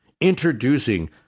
Introducing